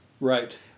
Right